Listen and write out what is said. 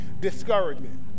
discouragement